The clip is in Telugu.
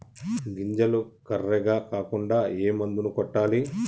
గింజలు కర్రెగ కాకుండా ఏ మందును కొట్టాలి?